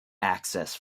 access